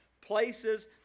places